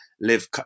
live